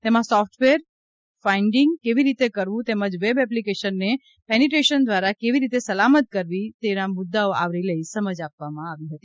તેમાં software bugs finding કેવી રીતે કરવું તેમજ વેબ એપ્લીકેશનને પેનીટેશન દ્વારા કેવીરીતે સલામત કરવી વગેરે મુદ્દાઓ આવરી લઇ સમજ આપવામાં આવી હતી